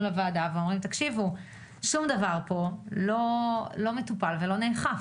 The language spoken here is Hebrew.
לוועדה ואומרים שזה לא מטופל ולא נאכף.